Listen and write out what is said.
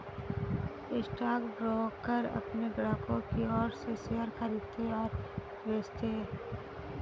stockbroker अपने ग्राहकों की ओर से शेयर खरीदते हैं और बेचते हैं